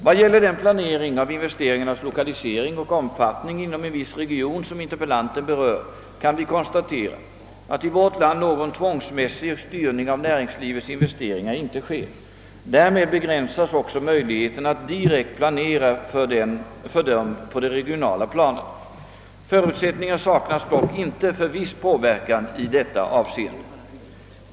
Vad gäller den planering av investeringarnas lokalisering och omfattning inom en viss region som interpellanten berör kan vi konstatera, att i vårt land någon tvångsmässig styrning av nä ringslivets investeringar inte sker. Därmed begränsas också möjligheterna att direkt planera för dessa investeringar på det regionala planet. Förutsättningar saknas dock inte för viss påverkan i detta avseende.